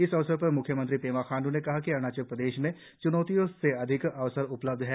इस अवसर पर म्ख्यमंत्री पेमा खांड् ने कहा कि अरुणाचल प्रदेश में च्नौतियों से अधिक अवसर उपलब्ध हैं